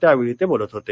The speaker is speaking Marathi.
त्यावेळी ते बोलत होते